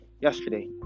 yesterday